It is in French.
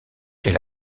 est